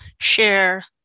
share